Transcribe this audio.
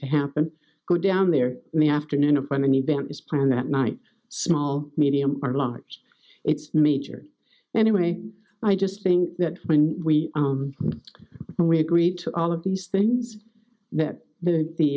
to happen could down there in the afternoon of an event is planned that night small medium or large it's major anyway i just think that when we when we agreed to all of these things that the the